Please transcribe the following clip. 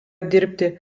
dirbti